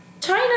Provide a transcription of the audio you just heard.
China